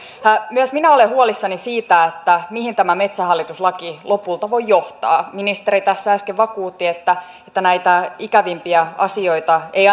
myös minä olen huolissani siitä mihin tämä metsähallitus laki lopulta voi johtaa ministeri tässä äsken vakuutti että että näitä ikävimpiä asioita ei